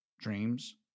dreams